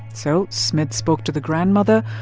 so smith spoke to the grandmother,